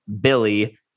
Billy